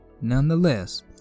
Nonetheless